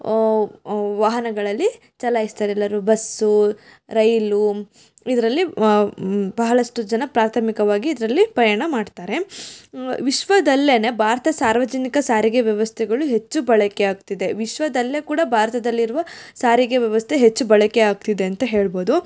ವಾಹನಗಳಲ್ಲಿ ಚಲಾಯಿಸ್ತಾರೆ ಎಲ್ಲರು ಬಸ್ಸು ರೈಲು ಇದರಲ್ಲಿ ಬಹಳಷ್ಟು ಜನ ಪ್ರಾಥಮಿಕವಾಗಿ ಇದರಲ್ಲಿ ಪ್ರಯಾಣ ಮಾಡುತ್ತಾರೆ ವಿಶ್ವದಲ್ಲೆ ಭಾರತ ಸಾರ್ವಜನಿಕ ಸಾರಿಗೆ ವ್ಯವಸ್ಥೆಗಳು ಹೆಚ್ಚು ಬಳಕೆ ಆಗ್ತಿದೆ ವಿಶ್ವದಲ್ಲೇ ಕೂಡ ಭಾರತದಲ್ಲಿರುವ ಸಾರಿಗೆ ವ್ಯವಸ್ಥೆ ಹೆಚ್ಚು ಬಳಕೆ ಆಗ್ತಿದೆ ಅಂತ ಹೇಳ್ಬೋದು